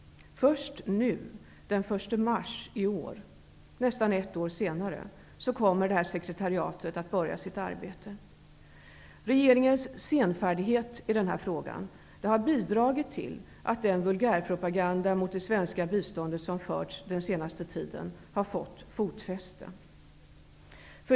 Först nu den 1 mars i år, nästan ett år senare, kommer detta sekretariat att börja sitt arbete. Regeringens senfärdighet i denna fråga har bidragit till att den vulgärpropaganda mot det svenska biståndet som har förts under den senaste tiden har fått fotfäste.